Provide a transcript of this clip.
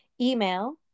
email